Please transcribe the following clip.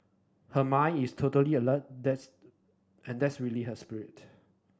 her mind is totally alert that and that's really her spirit